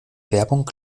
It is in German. werbung